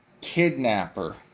kidnapper